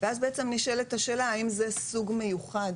ואז בעצם נשאלת השאלה האם זה סוג מיוחד